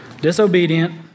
disobedient